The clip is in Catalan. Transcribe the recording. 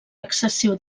excessiu